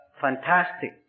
fantastic